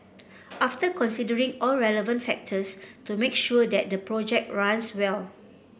after considering all relevant factors to make sure that the project runs well